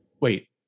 wait